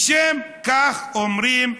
לשם כך אומרים: